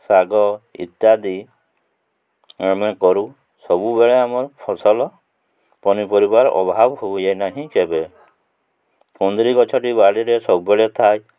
ଶାଗ ଇତ୍ୟାଦି ଆମେ କରୁ ସବୁବେଳେ ଆମର୍ ଫସଲ ପନିପରିବା ର ଅଭାବ ହୁଏ ନାହିଁ କେବେ କୁନ୍ଦରି ଗଛଟି ବାଡ଼ିରେ ସବୁବେଳେ ଥାଏ